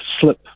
slip